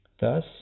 Thus